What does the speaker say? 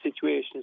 situations